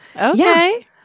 Okay